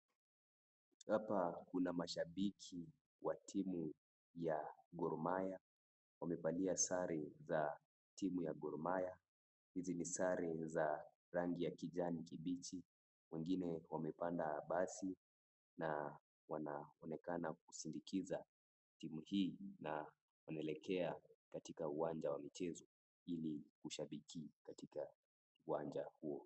Hapa kuna mashabiki wa timu ya Gor mahia. Wamevalia sare za Gor mahia. Hizi ni sare za kijani kibichi, wengine wamepanda basi na wanaonekana kusindikiza timu hii na wanaelekea katika uwanja wa michezo ili kushabiki katika uwanja huo.